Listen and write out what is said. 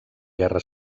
guerra